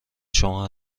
شما